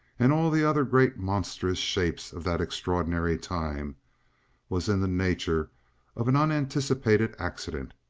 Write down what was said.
and all the other great monstrous shapes of that extraordinary time was in the nature of an unanticipated accident.